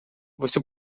você